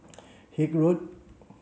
Haig Road